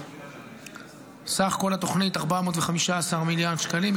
סך כל התוכנית: 415 מיליארד שקלים,